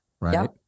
right